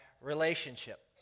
relationship